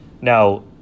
now